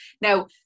Now